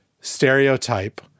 stereotype